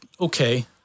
okay